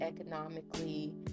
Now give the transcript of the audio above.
economically